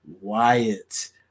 Wyatt